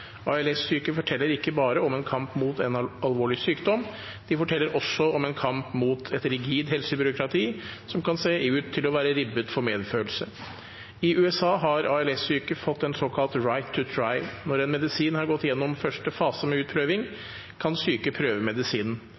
Dessverre forteller flere ALS-syke ikke bare om en kamp mot en alvorlig sykdom, de forteller også om en kamp mot et rigid helsebyråkrati som ser ut til å være ribbet for medfølelse og menneskelighet. Det er ikke lett å leve når man vet at man skal dø. Men vi kan